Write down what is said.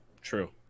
True